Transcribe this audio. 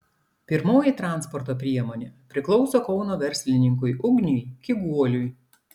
pirmoji transporto priemonė priklauso kauno verslininkui ugniui kiguoliui